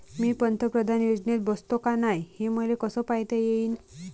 मी पंतप्रधान योजनेत बसतो का नाय, हे मले कस पायता येईन?